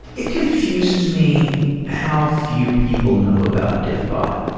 it confuses me how few people know about diffbot.